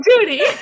Judy